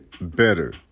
better